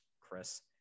Chris